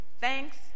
thanks